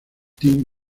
team